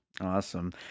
awesome